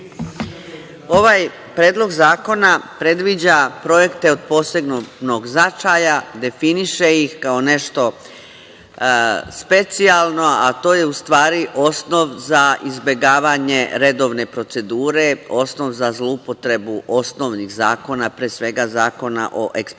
Ovaj Predlog zakona predviđa projekte od posebnog značaja, definiše ih kao nešto specijalno, a to je u stvari osnov za izbegavanje redovne procedure, osnov za zloupotrebu osnovnih zakona, pre svega Zakona o eksproprijaciji